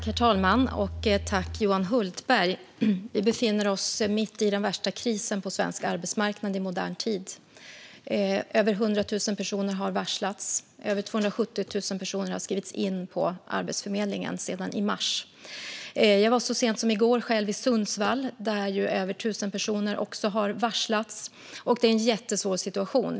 Herr talman! Tack, Johan Hultberg! Vi befinner oss mitt i den värsta krisen på svensk arbetsmarknad i modern tid. Över 100 000 personer har varslats. Över 270 000 personer har skrivits in på Arbetsförmedlingen sedan i mars. Jag var så sent som i går själv i Sundsvall, där över 1 000 personer också har varslats. Detta är en jättesvår situation.